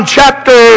chapter